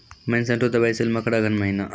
Monsanto दवाई sale मकर अघन महीना,